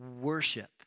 worship